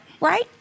Right